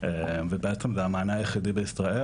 ובעצם זה המענה היחידי בישראל,